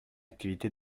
activité